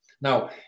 Now